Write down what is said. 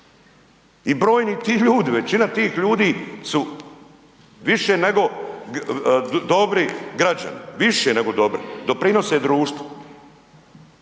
i brojni ti ljudi, većina tih ljudi su više nego dobri građani, više nego dobri, doprinose društvu.